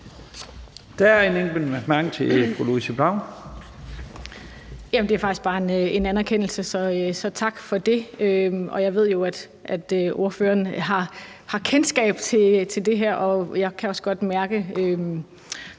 Det er faktisk bare en anerkendelse. Så tak for det. Og jeg ved jo, at ordføreren har kendskab til det her, og jeg kan også godt mærke,